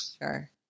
Sure